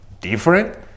different